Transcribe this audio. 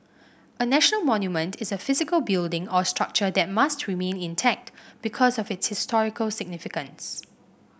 a national monument is a physical building or structure that must remain intact because of its historical significance